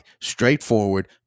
straightforward